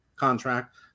contract